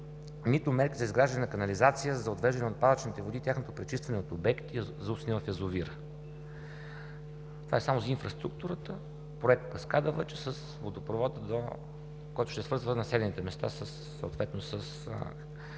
нито мерки за изграждане на канализация за отвеждане на отпадъчните води и тяхното пречистване от обекти, заустяващи в язовира. Това е само за инфраструктурата, Проект „Каскада Въча“ с водопровод, който ще свързва населените места съответно с